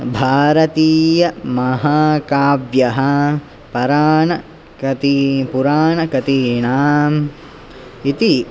भारतीयमहाकाव्यः पुराण कविनां पुराणकवीनां इति